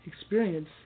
experience